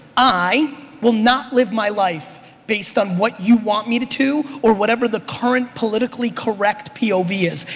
i will not live my life based on what you want me to to or whatever the current politically correct pov is.